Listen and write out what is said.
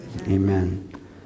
Amen